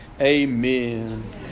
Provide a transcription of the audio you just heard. amen